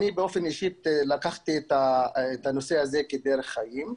אני באופן אישי לקחתי את הנושא הזה כדרך חיים.